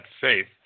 faith